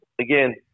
again